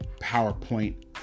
PowerPoint